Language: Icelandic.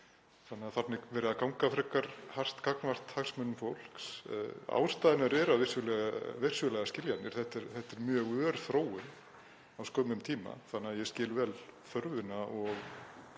þannig að þarna er verið að ganga frekar hart gagnvart hagsmunum fólks. Ástæðurnar eru vissulega skiljanlegar, þetta er mjög ör þróun á skömmum tíma þannig að ég skil vel þörfina og